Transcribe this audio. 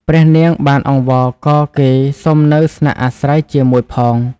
ព្រះនាង បានអង្វរករគេសុំនៅស្នាក់អាស្រ័យជាមួយផង។